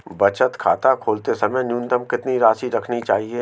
बचत खाता खोलते समय न्यूनतम कितनी राशि रखनी चाहिए?